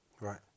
Right